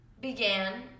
began